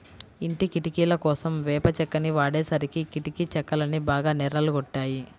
ఇంటి కిటికీలకోసం వేప చెక్కని వాడేసరికి కిటికీ చెక్కలన్నీ బాగా నెర్రలు గొట్టాయి